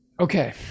Okay